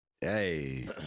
Hey